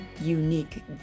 unique